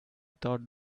thought